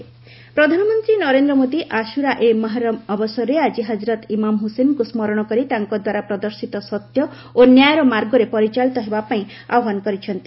PM tweet ପ୍ରଧାନମନ୍ତ୍ରୀ ନରେନ୍ଦ୍ର ମୋଦି ଆଶୁରା ଏ ମହରମ ଅବସରରେ ଆଳି ହଜରତ୍ ଇମାମ ହୁସେନଙ୍କୁ ସ୍କରଣ କରି ତାଙ୍କ ଦ୍ୱାରା ପ୍ରଦର୍ଶିତ ସତ୍ୟ ଓ ନ୍ୟାୟର ମାର୍ଗରେ ପରିଚାଳିତ ହେବାପାଇଁ ଆହ୍ୱାନ କରିଛନ୍ତି